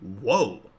Whoa